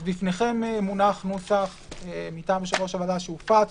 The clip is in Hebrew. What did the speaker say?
בפניכם מונח נוסח מטעם יושב-ראש הוועדה שהופץ,